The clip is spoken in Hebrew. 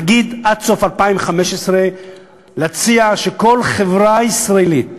נגיד, להציע שעד סוף 2015 כל חברה ישראלית,